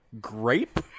grape